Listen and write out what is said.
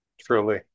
Truly